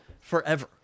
forever